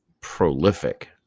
prolific